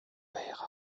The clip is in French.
père